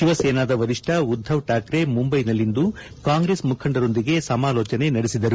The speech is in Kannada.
ಶಿವಸೇನಾದ ವರಿಷ್ಟ ಉದ್ದವ್ ಠಾಕ್ರೆ ಮುಂಬೈನಲ್ಲಿಂದು ಕಾಂಗ್ರೆಸ್ ಮುಖಂಡರೊಂದಿಗೆ ಸಮಾಲೋಚನೆ ನಡೆಸಿದರು